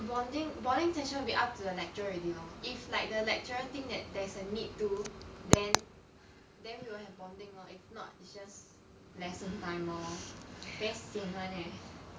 bonding bonding session will be up to the lecturer already lor if like the lecturer think that there is a need to then then we will have bonding lor if not it's just lesson time lor very sian [one] leh